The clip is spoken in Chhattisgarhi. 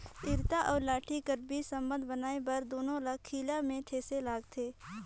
इरता अउ लाठी कर बीच संबंध बनाए बर दूनो ल खीला मे ठेसे रहथे